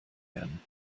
werden